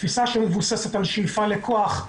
תפיסה שמבוססת על שאיפה לכוח,